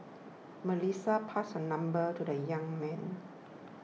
Melissa passed her number to the young man